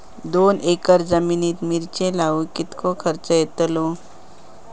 दोन एकर जमिनीत मिरचे लाऊक कितको खर्च यातलो?